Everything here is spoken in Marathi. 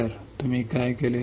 तर तुम्ही काय केले